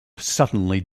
suddenly